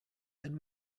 and